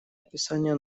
описание